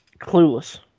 Clueless